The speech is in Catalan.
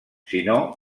sinó